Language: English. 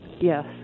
yes